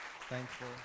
Thankful